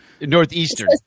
Northeastern